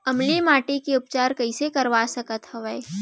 अम्लीय माटी के उपचार कइसे करवा सकत हव?